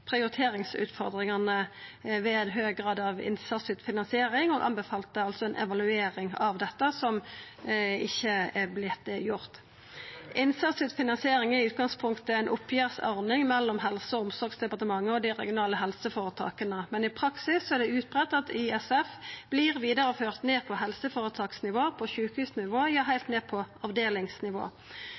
prioriteringsutfordringane ved ein høg grad av innsatsstyrt finansiering og anbefalte ei evaluering av dette, noko som ikkje har vorte gjort. Innsatsstyrt finansiering er i utgangspunktet ei oppgjersordning mellom Helse- og omsorgsdepartementet og dei regionale helseføretaka. Men i praksis er det vanleg at ISF vert vidareført ned til helseføretaksnivå, sjukehusnivå og heilt ned til avdelingsnivå.